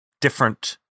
different